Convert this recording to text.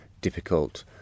difficult